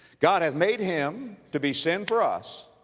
god hath made him to be sin for us